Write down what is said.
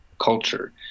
culture